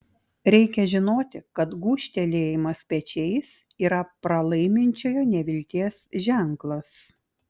reikia žinoti kad gūžtelėjimas pečiais yra pralaiminčiojo nevilties ženklas